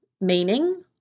meaning